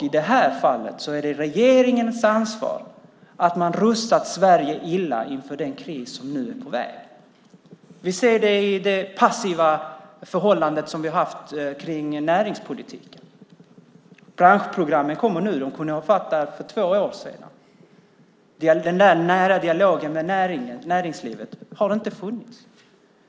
I det här fallet är det regeringens ansvar att man har rustat Sverige illa inför den kris som nu är på väg. Vi ser det i det passiva förhållandet i näringspolitiken. Branschprogrammen kommer nu, men de kunde ha varit där för två år sedan. Den nära dialogen med näringslivet har inte funnits.